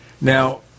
now